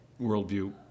worldview